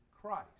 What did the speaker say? Christ